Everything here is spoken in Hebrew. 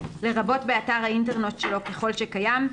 לרבות באתר האינטרנט שלו ככל שקיים.